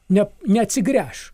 ne neatsigręš